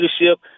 leadership